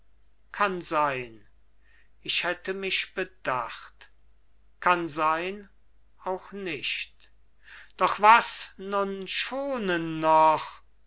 kann sein ich hätte mich bedacht kann sein auch nicht doch was nun schonen noch